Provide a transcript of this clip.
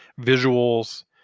visuals